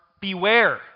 beware